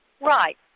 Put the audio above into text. Right